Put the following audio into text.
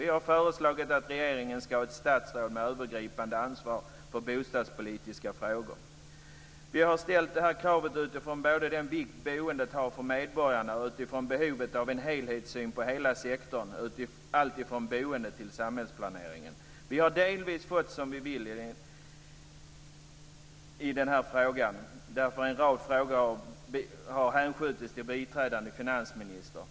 Vi har föreslagit att regeringen ska ha ett statsråd med övergripande ansvar för bostadspolitiska frågor. Vi har ställt det kravet både utifrån den vikt som boendet har för medborgarna och utifrån behovet av en helhetssyn på hela sektorn - allt ifrån boende till samhällsplanering. Vi har delvis fått som vi vill i frågan. En rad frågor har nämligen hänskjutits till biträdande finansministern.